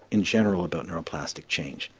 in general about neuroplastic change,